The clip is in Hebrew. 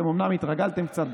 אתם אומנם התרגלתם קצת,